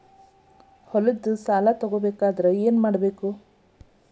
ಹೊಲದ ಸಾಲ ತಗೋಬೇಕಾದ್ರೆ ಏನ್ಮಾಡಬೇಕು?